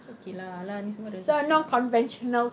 okay lah !alah! ni semua rezeki